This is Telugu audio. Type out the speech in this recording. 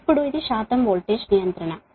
ఇప్పుడు ఇది వోల్టేజ్ రెగ్యులేషన్ శాతం